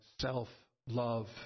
self-love